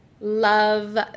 love